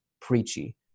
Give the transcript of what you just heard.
preachy